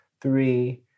three